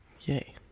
Yay